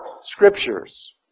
Scriptures